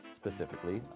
specifically